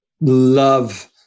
love